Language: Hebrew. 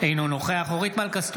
אינו נוכח אורית מלכה סטרוק,